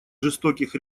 жестоких